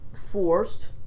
forced